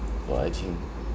your liking